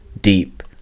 deep